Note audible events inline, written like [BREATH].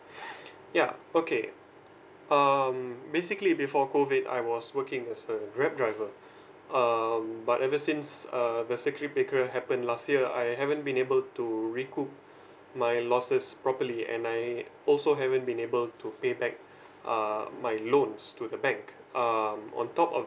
[BREATH] yeah okay um basically before COVID I was working as a grab driver um but ever since err the circuit breaker happened last year I haven't been able to recoup my losses properly and I also haven't been able to pay back uh my loans to the bank um on top of